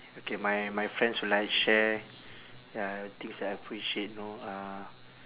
okay my my friends will like share ya things that I appreciate know uh